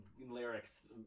lyrics